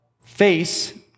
face